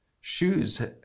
Shoes